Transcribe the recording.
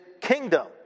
Kingdom